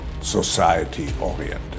society-oriented